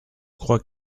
crois